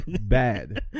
Bad